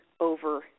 over